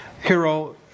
hero